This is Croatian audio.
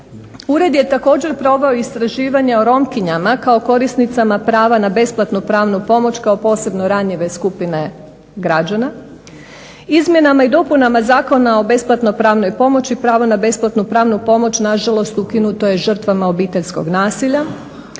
Ured je također proveo istraživanje o Romkinjama kao korisnicama prava na besplatnu pravnu pomoć kao posebno ranjive skupine građana. Izmjenama i dopunama Zakona o besplatnoj pravnoj pomoći pravo na besplatnu pravnu pomoć na žalost ukinuto je žrtvama obiteljskog nasilja.